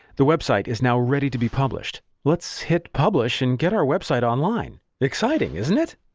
the website is now ready to be published! let's hit publish and get our website online! exciting, isn't it!